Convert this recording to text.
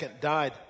died